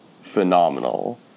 phenomenal